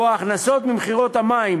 שבו ההכנסות ממכירת המים